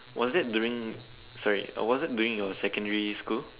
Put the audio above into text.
was it during sorry was it during your secondary school